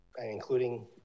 including